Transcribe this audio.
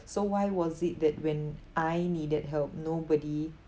so why was it that when I needed help nobody